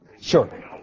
Sure